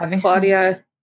Claudia